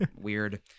Weird